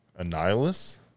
Annihilus